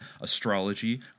astrology